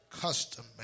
custom